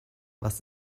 was